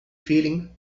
feeling